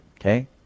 Okay